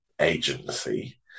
agency